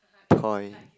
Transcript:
toy